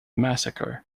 massacre